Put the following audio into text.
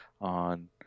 on